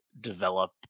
develop